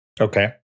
Okay